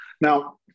Now